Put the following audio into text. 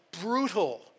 Brutal